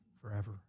forever